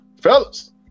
fellas